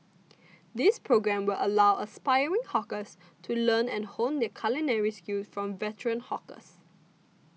this programme will allow aspiring hawkers to learn and hone their culinary skills from veteran hawkers